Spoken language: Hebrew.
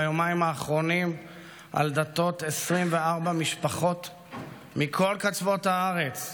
ביומיים האחרונים על דלתות 24 משפחות מכל קצוות הארץ,